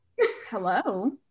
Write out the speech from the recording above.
Hello